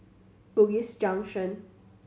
Bugis Junction